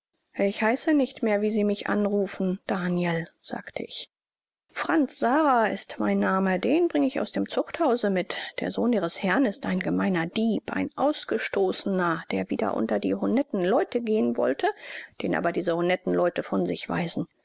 ich heiße nicht mehr wie sie mich anrufen daniel sagte ich franz sara ist mein name den bring ich aus dem zuchthause mit der sohn ihres herrn ist ein gemeiner dieb ein ausgestoßener der wieder unter die honetten leute gehen wollte den aber diese honetten leute von sich weisen